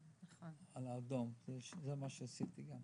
גם זה דבר שעשיתי.